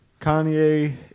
Kanye